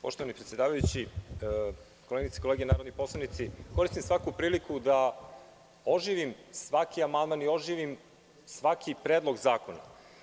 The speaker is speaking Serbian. Poštovani predsedavajući, koleginice i kolege narodni poslanici, koristim svaku priliku da oživim svaki amandman i oživim svaki Predlog zakona.